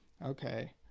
Okay